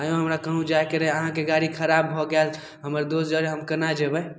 एँ यौ हमरा कहुँ जाइके रहै अहाँके गाड़ी खराब भऽ गेल हमर दोस जरे हम केना जेबै